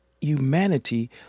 humanity